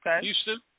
Houston